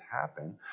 happen